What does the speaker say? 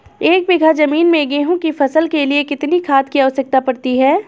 एक बीघा ज़मीन में गेहूँ की फसल के लिए कितनी खाद की आवश्यकता पड़ती है?